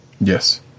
yes